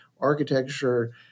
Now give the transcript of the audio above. architecture